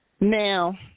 Now